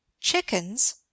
Chickens